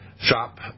shop